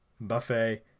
Buffet